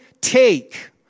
take